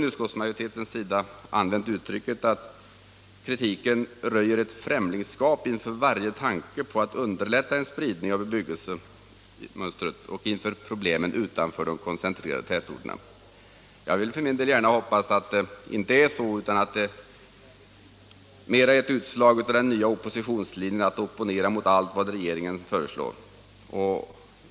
Utskottsmajoriteten har använt uttrycket att kritiken röjer ett främlingsskap inför varje tanke på att underlätta en spridning av bebyggelsemönstret och inför problemen utanför de koncentrerade tätorterna. Jag vill för min del gärna hoppas att det inte är så utan att det mera är ett utslag av den nya oppositionslinjen att opponera mot allt vad regeringen föreslår.